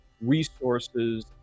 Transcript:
resources